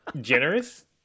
generous